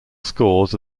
scores